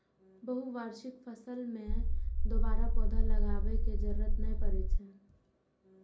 बहुवार्षिक फसल मे दोबारा पौधा लगाबै के जरूरत नै पड़ै छै